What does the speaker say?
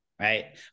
right